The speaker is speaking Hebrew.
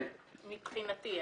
לא, סיימנו בנקודה הזאת מבחינתי.